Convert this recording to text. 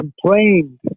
complained